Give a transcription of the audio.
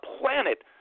planet